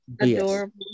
Adorable